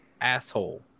asshole